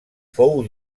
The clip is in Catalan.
fou